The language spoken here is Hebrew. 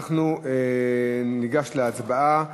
אנחנו ניגש להצבעה.